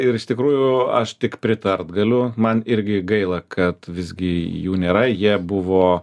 ir iš tikrųjų aš tik pritart galiu man irgi gaila kad visgi jų nėra jie buvo